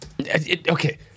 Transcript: Okay